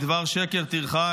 האחד, מדבר שקר תרחק,